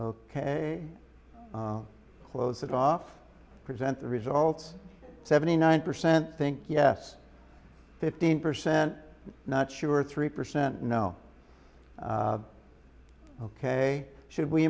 ok close it off present the results seventy nine percent think yes fifteen percent not sure three percent no ok should we